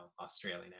Australian